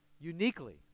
Uniquely